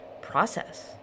process